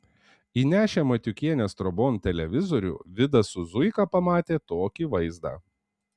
įnešę matiukienės trobon televizorių vidas su zuika pamatė tokį vaizdą